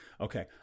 okay